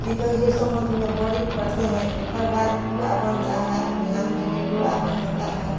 के कहे जे सम्मत में बरी पड़ते हैं एकरा बाद पुआ बनता है बिहान भईले डोरा बंधाता है